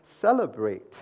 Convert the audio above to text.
celebrate